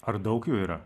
ar daug jų yra